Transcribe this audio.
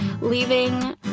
leaving